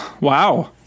wow